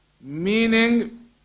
meaning